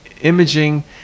imaging